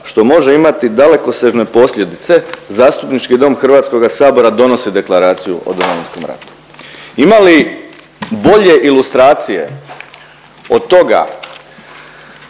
što može imati dalekosežne posljedice, Zastupnički dom HS donosi Deklaraciju o Domovinskom ratu. Ima li bolje ilustracije od toga